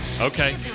Okay